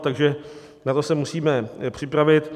Takže na to se musíme připravit.